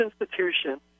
institution